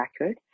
record